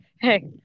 hey